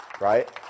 right